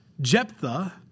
Jephthah